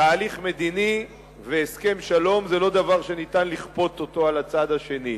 תהליך מדיני והסכם שלום זה לא דבר שאפשר לכפות אותו על הצד השני.